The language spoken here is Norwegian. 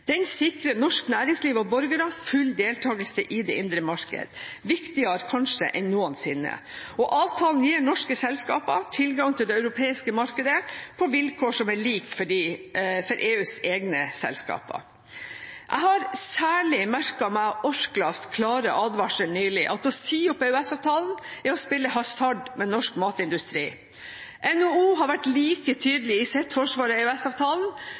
Den sikrer norsk næringsliv og borgere full deltakelse i det indre marked – kanskje viktigere enn noensinne. Avtalen gir norske selskaper tilgang til det europeiske markedet på vilkår som er like som for EUs egne selskaper. Jeg har særlig merket meg Orklas klare advarsel nylig om at å si opp EØS-avtalen er å spille hasard med norsk matindustri. NHO har vært like tydelig i sitt